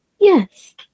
Yes